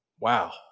Wow